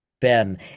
Ben